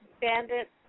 Bandit